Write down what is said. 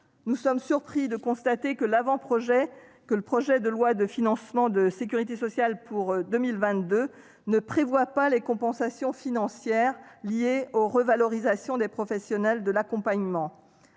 Nous sommes surpris de constater que l'avant-projet de loi de financement de la sécurité sociale pour 2022 ne prévoie pas les compensations financières liées aux revalorisations salariales des professionnels de l'accompagnement.